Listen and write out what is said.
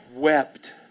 Wept